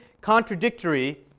contradictory